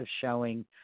showing